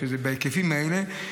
שזה בהיקפים האלה,